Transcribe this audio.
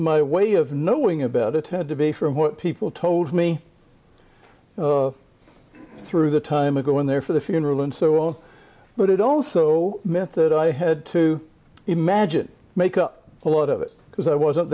my way of knowing about it had to be from what people told me through the time of go in there for the funeral and so on but it also meant that i had to imagine make up a lot of it because i wasn't